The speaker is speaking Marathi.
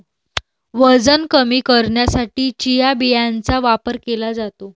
वजन कमी करण्यासाठी चिया बियांचा वापर केला जातो